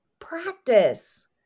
practice